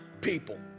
people